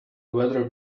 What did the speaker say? weather